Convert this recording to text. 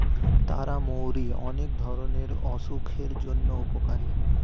তারা মৌরি অনেক ধরণের অসুখের জন্য উপকারী